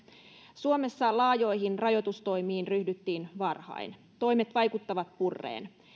suomessa laajoihin rajoitustoimiin ryhdyttiin varhain toimet vaikuttavat purreen